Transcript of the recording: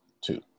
two